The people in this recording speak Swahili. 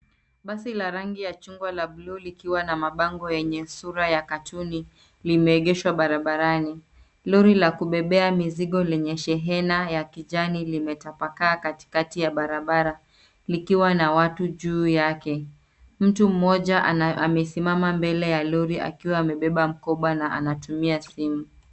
Basi la rangi ya chungwa la buluu likiwa na mabango yenye sura ya cartoon limeegeshwa barabarani. Lori la kubebea mizigo lenye shehena ya kijani limetapakaa katikati ya barabara likiwa na watu juu yake. Mtu mmoja amesimama mbele ya lori akiwa amebeba mkoba na anatumia simu.